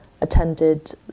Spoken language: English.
attended